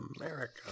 America